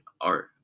art